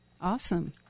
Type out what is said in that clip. Awesome